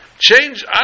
Change